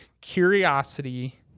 curiosity